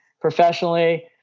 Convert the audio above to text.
professionally